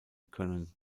können